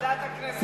שוועדת הכנסת תחליט.